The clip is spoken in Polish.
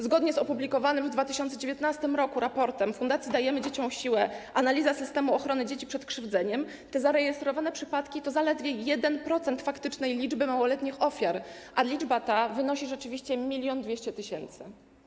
Zgodnie z opublikowanym w 2019 r. raportem Fundacji Dajemy Dzieciom Siłę: analiza systemu ochrony dzieci przed krzywdzeniem, te zarejestrowane przypadki to zaledwie 1% faktycznej liczby małoletnich ofiar, a liczba ta wynosi rzeczywiście 1200 tys.